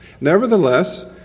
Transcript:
Nevertheless